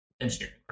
engineering